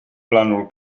plànol